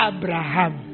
Abraham